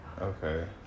okay